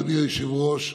אדוני היושב-ראש,